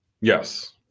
Yes